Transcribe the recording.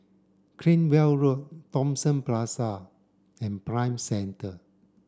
Cranwell Road Thomson Plaza and Prime Centre